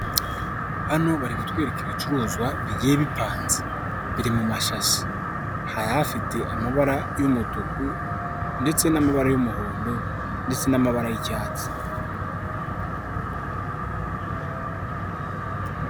Hano bari gutwereka ibicuruzwa bigiye bipanze biri mu mashasi hari hafite amabara y'umutuku ndetse n'amabara y'umuhondo ndetse n'amabara y'icyatsi.